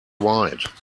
wide